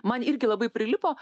man irgi labai prilipo